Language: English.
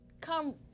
come